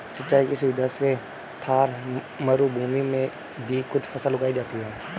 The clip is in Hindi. सिंचाई की सुविधा से थार मरूभूमि में भी कुछ फसल उगाई जाती हैं